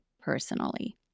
personally